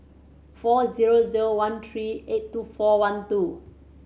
four zero zero one three eight two four one two